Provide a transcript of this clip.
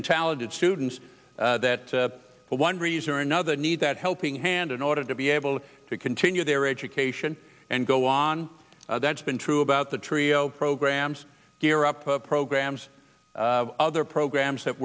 and talented students that for one reason or another need that helping hand in order to be able to continue their education and go on that's been true about the trio programs gear up programs other programs that